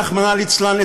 רחמנא ליצלן,